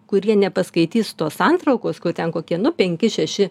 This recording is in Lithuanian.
kurie nepaskaitys tos santraukos kur ten kokie penki šeši